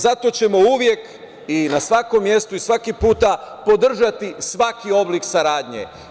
Zato ćemo uvek i na svakom mestu i svaki put podržati svaki oblik saradnje.